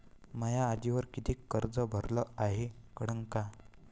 म्या आजवरी कितीक कर्ज भरलं हाय कळन का?